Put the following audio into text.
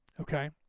Okay